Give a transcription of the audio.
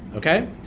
okay?